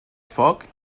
foc